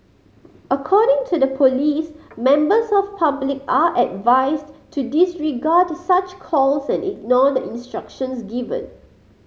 according to the police members of public are advised to disregard such calls and ignore the instructions given